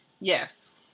Yes